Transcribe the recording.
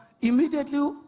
immediately